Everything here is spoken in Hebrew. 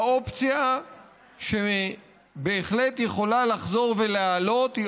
האופציה שבהחלט יכולה לחזור ולעלות היא